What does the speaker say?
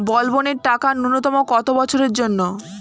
বলবনের টাকা ন্যূনতম কত বছরের জন্য?